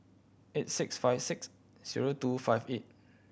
eight six five six zero two five eight